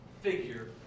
figure